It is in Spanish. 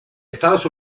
estados